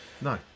No